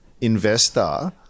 investor